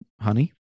honey